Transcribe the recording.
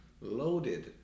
loaded